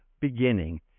beginning